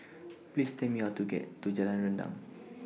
Please Tell Me How to get to Jalan Rendang